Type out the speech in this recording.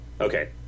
okay